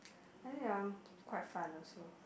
I think um quite fun also